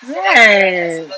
right